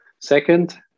Second